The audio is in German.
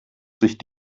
sich